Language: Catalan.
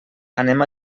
anem